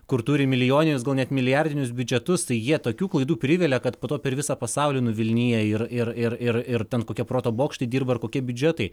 kur turi milijonines gal net milijardinius biudžetus tai jie tokių klaidų privelia kad po to per visą pasaulį nuvilnija ir ir ir ir ir tad kokia proto bokštai dirba kokie biudžetai